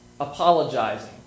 apologizing